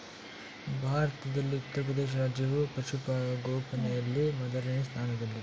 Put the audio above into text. ಭಾರತದಲ್ಲಿ ಉತ್ತರಪ್ರದೇಶ ರಾಜ್ಯವು ಪಶುಸಂಗೋಪನೆಯಲ್ಲಿ ಮೊದಲನೇ ಸ್ಥಾನದಲ್ಲಿದೆ